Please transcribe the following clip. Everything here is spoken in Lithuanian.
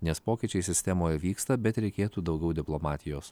nes pokyčiai sistemoje vyksta bet reikėtų daugiau diplomatijos